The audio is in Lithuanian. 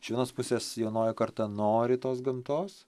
iš vienos pusės jaunoji karta nori tos gamtos